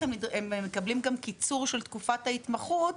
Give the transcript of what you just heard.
הם גם מקבלים קיצור של תקופת ההתמחות,